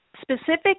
specific